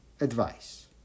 advice